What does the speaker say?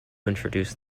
introduced